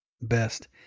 best